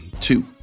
Two